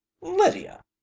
Lydia